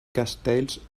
castells